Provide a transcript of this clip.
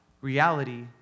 reality